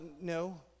no